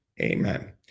Amen